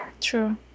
True